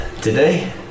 today